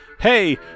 hey